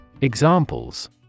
examples